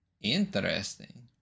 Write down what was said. Interesting